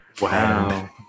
Wow